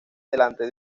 delante